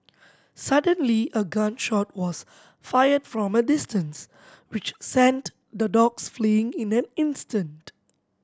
suddenly a gun shot was fired from a distance which sent the dogs fleeing in an instant